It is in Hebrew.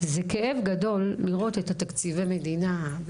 זה כאב גדול לראות את תקציבי המדינה,